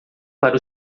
para